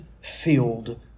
filled